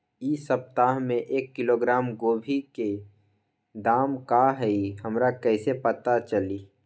इ सप्ताह में एक किलोग्राम गोभी के दाम का हई हमरा कईसे पता चली?